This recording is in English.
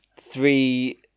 Three